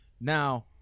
Now